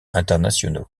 internationaux